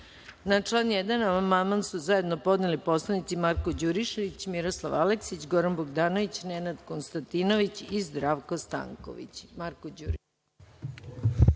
član 1. amandman su zajedno podneli narodni poslanici Marko Đurišić, Miroslav Aleksić, Goran Bogdanović, Nenad Konstantinović i Zdravko Stanković. Reč